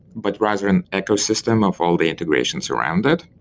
but rather an ecosystem of all the integrations around it.